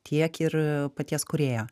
tiek ir paties kūrėjo